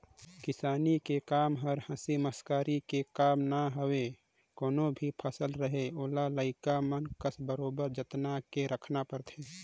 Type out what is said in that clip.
किसानी के कम हर हंसी मसकरी के काम न हवे कोनो भी फसल रहें ओला लइका मन कस बरोबर जेतना के राखना परथे